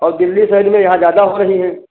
और दिल्ली सइड में यहाँ ज़्यादा हो रही हैं